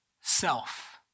self